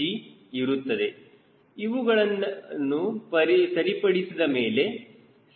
G ಇರುತ್ತದೆ ಇವೆಲ್ಲವುಗಳನ್ನು ಸರಿಪಡಿಸಿದ ಮೇಲೆ C